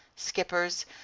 skippers